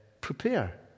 prepare